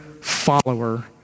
follower